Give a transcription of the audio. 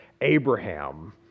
Abraham